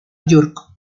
york